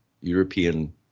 European